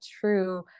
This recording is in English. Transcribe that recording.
true